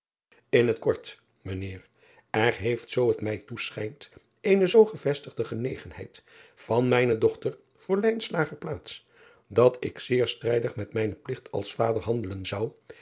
n het kort mijn eer er heeft zoo het mij toeschijnt eene zoo gevestigde genegenheid van mijne dochter voor plaats dat ik zeer strijdig met mijnen pligt als vader handelen zou